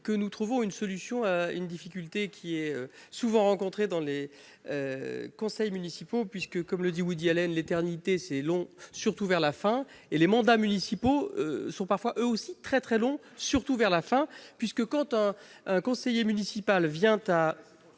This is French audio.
que nous trouverons une solution une difficulté qui est souvent rencontré dans les conseils municipaux, puisque comme le dit Woody Allen l'éternité, c'est long. Surtout vers la fin et les mandats municipaux sont parfois, eux aussi, très très long, surtout vers la fin, puisque quand conseiller municipal vient à